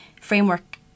framework